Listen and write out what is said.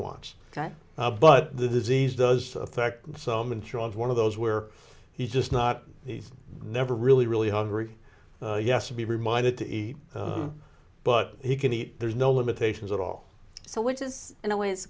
wants but the disease does affect some intro of one of those where he's just not he's never really really hungry yes to be reminded to eat but he can eat there's no limitations at all so which is in a way it's a